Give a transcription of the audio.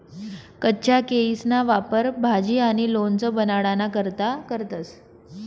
कच्चा केयीसना वापर भाजी आणि लोणचं बनाडाना करता करतंस